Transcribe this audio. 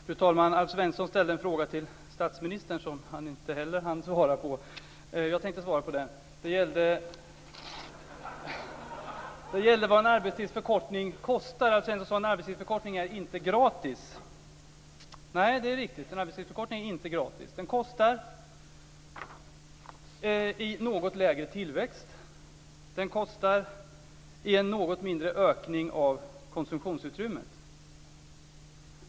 Fru talman! Alf Svensson ställde en fråga till statsministern som statsministern inte heller hann svara på. Jag tänkte svara på den. Det gällde vad en arbetstidsförkortning kostar, eftersom en arbetstidsförkortning inte är gratis. Nej, det är riktigt, en arbetstidsförkortning är inte gratis. Den kostar i något lägre tillväxt, i en något mindre ökning av konsumtionsutrymmet.